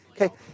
okay